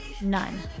none